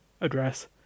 address